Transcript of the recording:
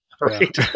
Right